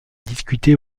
discutée